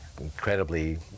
incredibly